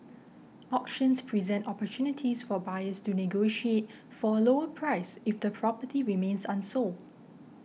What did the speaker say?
auctions present opportunities for buyers to negotiate for a lower price if the property remains unsold